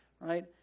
right